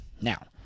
Now